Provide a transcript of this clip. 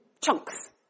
chunks